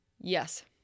Yes